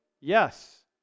Yes